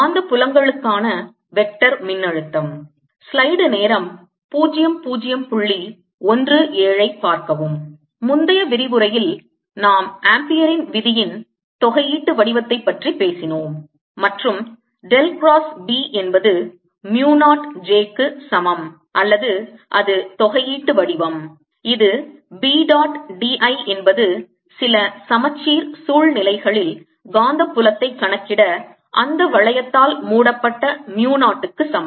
காந்த புலங்களுக்கான வெக்டார் மின்னழுத்தம் முந்தைய விரிவுரையில் நாம் ஆம்பீயரின் விதியின் தொகையீட்டு வடிவத்தைப் பற்றி பேசினோம் மற்றும் டெல் கிராஸ் B என்பது mu 0 j க்கு சமம் அல்லது அது தொகையீட்டு வடிவம் இது B டாட் d I என்பது சில சமச்சீர் சூழ்நிலைகளில் காந்தப் புலத்தைக் கணக்கிட அந்த வளையத்தால் மூடப்பட்ட mu 0 க்கு சமம்